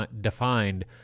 defined